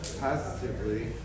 positively